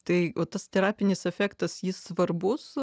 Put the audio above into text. tai tas terapinis efektas jis svarbus